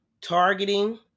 targeting